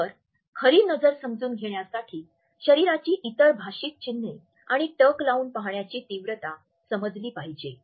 तर खरी नजर समजून घेण्यासाठी शरीराची इतर भाषिक चिन्हे आणि टक लावून पाहण्याची तीव्रता समजली पाहिजे